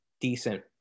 decent